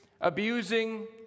abusing